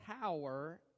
power